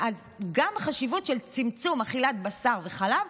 אז החשיבות של צמצום אכילת בשר וחלב,